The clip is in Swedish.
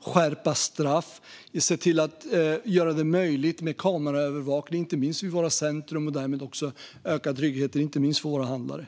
skärpa straff och göra det möjligt med kameraövervakning, bland annat i våra centrum, och därmed ökad trygghet, inte minst för våra handlare.